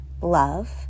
love